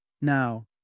Now